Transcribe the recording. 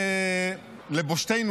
לבושתנו,